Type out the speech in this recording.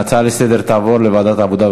ההצעות לסדר-היום תעבורנה לוועדת העבודה,